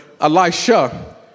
Elisha